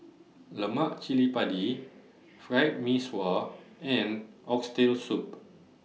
Lemak Cili Padi Fried Mee Sua and Oxtail Soup